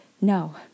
No